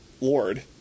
Lord